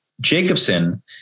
Jacobson